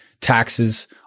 taxes